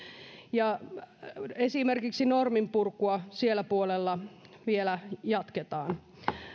ja esimerkiksi norminpurkua siellä puolella vielä jatketaan